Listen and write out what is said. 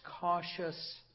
cautious